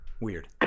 Weird